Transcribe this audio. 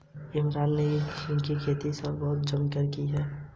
राम ने नए चालान का कपड़ा गोदाम में रखवाया